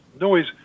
noise